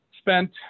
spent